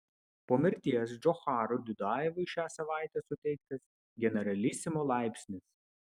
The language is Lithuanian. po mirties džocharui dudajevui šią savaitę suteiktas generalisimo laipsnis